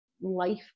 life